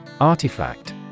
Artifact